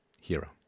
hero